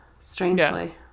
strangely